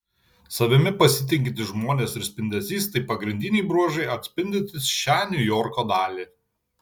savimi pasitikintys žmonės ir spindesys tai pagrindiniai bruožai atspindintys šią niujorko dalį